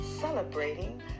celebrating